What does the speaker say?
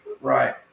Right